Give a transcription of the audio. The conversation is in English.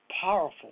powerful